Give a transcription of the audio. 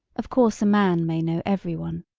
of course a man may know everyone.